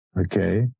okay